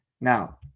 Now